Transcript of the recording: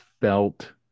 felt